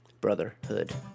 brotherhood